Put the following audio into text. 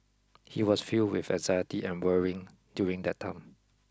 he was filled with anxiety and worry during that time